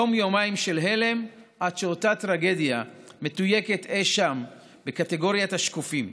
יום-יומיים של הלם עד שאותה טרגדיה מתויגת אי-שם בקטגוריית השקופים.